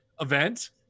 event